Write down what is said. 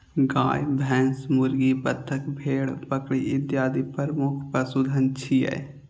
गाय, भैंस, मुर्गी, बत्तख, भेड़, बकरी इत्यादि प्रमुख पशुधन छियै